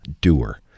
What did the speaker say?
doer